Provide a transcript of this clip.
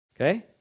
Okay